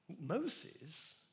Moses